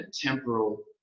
temporal